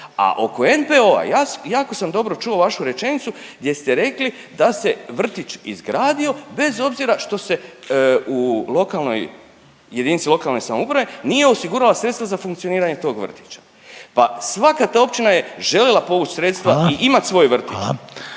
A oko NPO-a jako sam dobro čuo vašu rečenicu gdje ste rekli da se vrtić izgradio bez obzira što se u lokalnoj, jedinici lokalne samouprave nije osigurala sredstva za funkcioniranje tog vrtića. Pa svaka ta općina je željela povući sredstva … …/Upadica